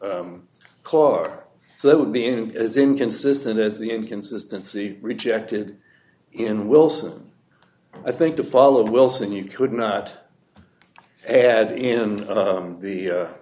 r clarke so that would be in as inconsistent as the inconsistency rejected in wilson i think to follow wilson you could not and in the